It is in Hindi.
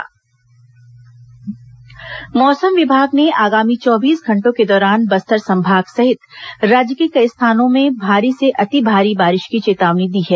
मौसम मौसम विभाग ने आगामी चौबीस घंटों के दौरान बस्तर संभाग सहित राज्य के कई स्थानों में भारी से अति भारी बारिश की चेतावनी दी है